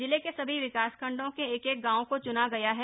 जिले के सभी विकासखंडों के एक एक गांव को चुना गया है